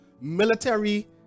military